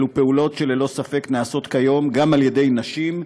אלה פעולות שללא ספק נעשות כיום גם על ידי נשים,